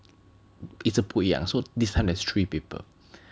一直不一样 so this time there's three people